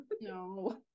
no